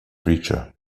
preacher